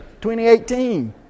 2018